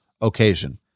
occasion